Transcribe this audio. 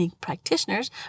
practitioners